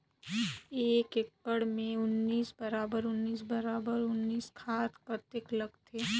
एक एकड़ मे उन्नीस बराबर उन्नीस बराबर उन्नीस खाद कतेक लगथे?